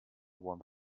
one